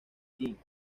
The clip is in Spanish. kent